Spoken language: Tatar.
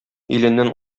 иленнән